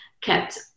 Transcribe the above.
kept